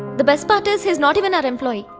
the best part is he is not even our employee.